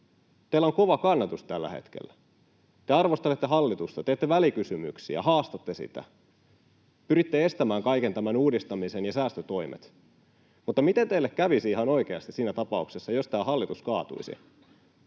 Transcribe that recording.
teillä on kova kannatus tällä hetkellä. Te arvostelette hallitusta, teette välikysymyksiä, haastatte sitä, pyritte estämään kaiken tämän uudistamisen ja säästötoimet. Mutta mitä teille kävisi ihan oikeasti siinä tapauksessa, jos tämä hallitus kaatuisi,